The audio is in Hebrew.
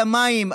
על המים,